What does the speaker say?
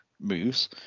moves